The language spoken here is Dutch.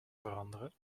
veranderen